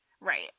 Right